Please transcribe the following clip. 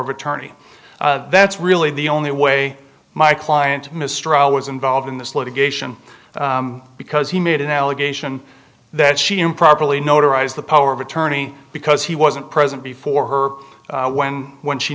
of attorney that's really the only way my client mistrial was involved in this litigation because he made an allegation that she improperly notarized the power of attorney because he wasn't present before her when when she